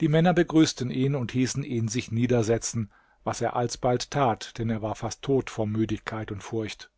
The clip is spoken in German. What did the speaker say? die männer begrüßten ihn und hießen ihn sich niedersetzen was er alsbald tat denn er war fast tot vor müdigkeit und furcht